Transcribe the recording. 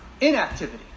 inactivity